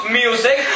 music